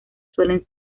suelen